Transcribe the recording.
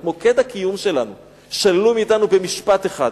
את מוקד הקיום שלנו שללו מאתנו במשפט אחד.